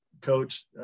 coach